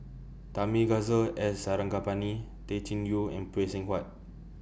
Thamizhavel G Sarangapani Tay Chin Joo and Phay Seng Whatt